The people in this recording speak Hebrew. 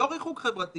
לא ריחוק חברתי